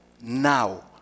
now